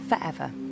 forever